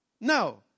No